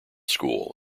school